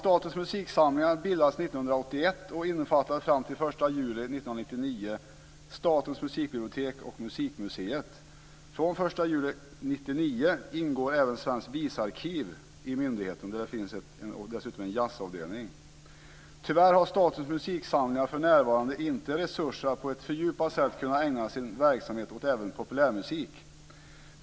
Statens musiksamlingar bildades 1999 ingår även Svenskt Visarkiv i myndigheten. Dessutom finns det en jazzavdelning. Tyvärr har Statens musiksamlingar för närvarande inte resurser att på ett fördjupat sätt kunna ägna sin verksamhet även åt populärmusik.